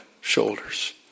shoulders